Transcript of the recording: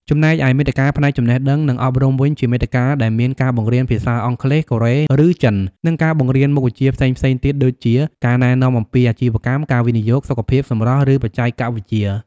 ចំណែកឯ មាតិកាផ្នែកចំណេះដឹង និងអប់រំវិញ ជាមាតិកាដែលមានការបង្រៀនភាសាអង់គ្លេស កូរ៉េ ឬចិន និងការបង្រៀនមុខវិជ្ជាផ្សេងៗទៀតដូចជា ការណែនាំអំពីអាជីវកម្ម ការវិនិយោគ សុខភាព សម្រស់ ឬបច្ចេកវិទ្យា។